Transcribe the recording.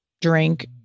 drink